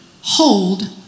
hold